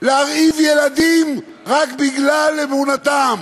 להרעיב ילדים רק בגלל אמונתם.